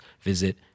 visit